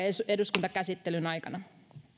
eduskuntakäsittelyn aikana